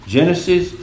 Genesis